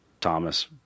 thomas